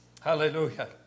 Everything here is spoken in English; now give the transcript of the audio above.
Hallelujah